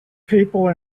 people